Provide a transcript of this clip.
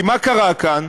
מה קרה כאן?